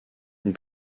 une